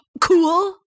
Cool